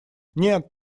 нет